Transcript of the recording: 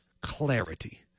clarity